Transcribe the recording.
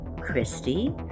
christy